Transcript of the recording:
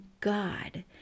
God